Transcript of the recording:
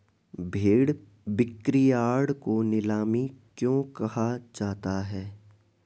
भेड़ बिक्रीयार्ड को नीलामी क्यों कहा जाता है?